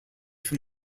from